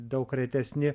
daug retesni